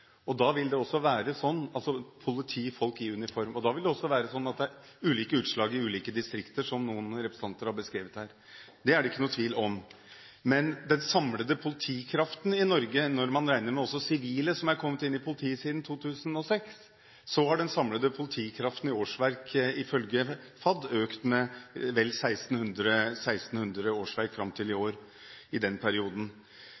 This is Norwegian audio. Da vil det gi ulike utslag i ulike distrikter, som noen representanter har beskrevet her. Det er det ikke noen tvil om. Men når det gjelder den samlede politikraften i Norge, når man også regner med sivile som er kommet inn i politiet siden 2006, har antall årsverk ifølge Fornyings-, administrasjons- og kirkedepartementet økt med vel 1 600 i perioden fram til i